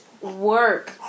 work